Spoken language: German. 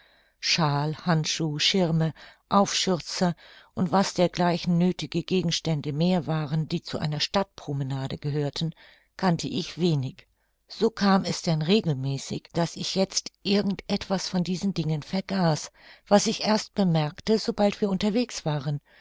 shawl handschuh schirme aufschürzer und was dergleichen nöthige gegenstände mehr waren die zu einer stadtpromenade gehörten kannte ich wenig so kam es denn regelmäßig daß ich jetzt irgend etwas von diesen dingen vergaß was ich erst bemerkte sobald wir unterwegs waren